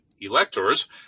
electors